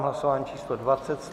Hlasování číslo 20.